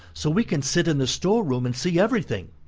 so we can sit in the store-room and see everything.